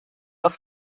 auf